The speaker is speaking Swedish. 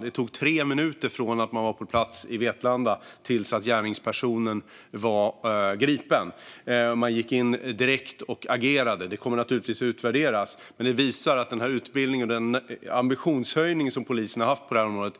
Det tog tre minuter från att man var på plats i Vetlanda till att gärningspersonen var gripen. Man gick in direkt och agerade. Det kommer naturligtvis att utvärderas. Men det visar att polisens utbildning och ambitionshöjning på området